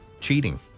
cheating